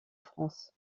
france